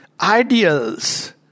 ideals